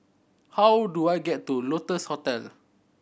how do I get to Lotus Hostel